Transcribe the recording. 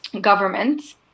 governments